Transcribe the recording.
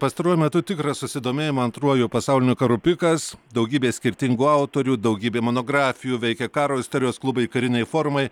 pastaruoju metu tikras susidomėjimo antruoju pasauliniu karu pikas daugybė skirtingų autorių daugybė monografijų veikia karo istorijos klubai karinai forumai